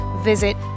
visit